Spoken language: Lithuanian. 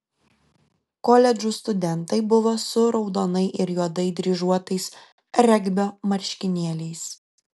koledžų studentai buvo su raudonai ir juodai dryžuotais regbio marškinėliais